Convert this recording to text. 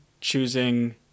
choosing